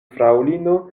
fraŭlino